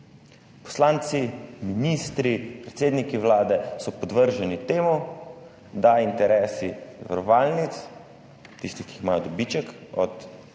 Poslanci, ministri, predsedniki vlade so podvrženi temu, da interesi zavarovalnic, tistih, ki imajo dobiček od